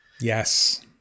Yes